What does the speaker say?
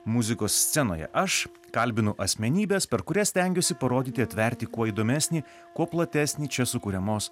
muzikos scenoje aš kalbinu asmenybes per kurias stengiuosi parodyti atverti kuo įdomesnį kuo platesnį čia sukuriamos